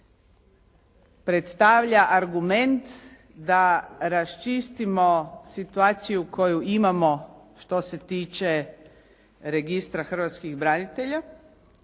predstavlja argument da raščistimo situaciju koju imamo što se tiče registra hrvatskih branitelja,